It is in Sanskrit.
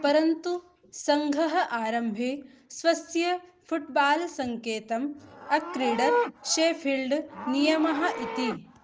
परन्तु सङ्घः आरम्भे स्वस्य फ़ुट्बाल् सङ्केतम् अक्रीडत् शेफ़ील्ड् नियमः इति